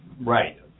right